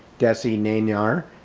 desi nayar,